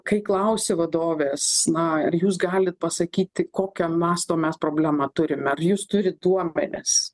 kai klausi vadovės na ar jūs galit pasakyti kokio masto mes problemą turime ar jūs turit duomenis